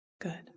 Good